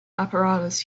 apparatus